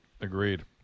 Agreed